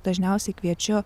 dažniausiai kviečiu